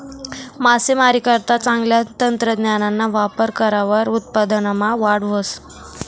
मासामारीकरता चांगलं तंत्रज्ञानना वापर करावर उत्पादनमा वाढ व्हस